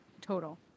total